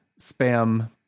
spam